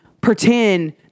pretend